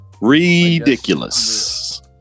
Ridiculous